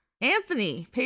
Anthony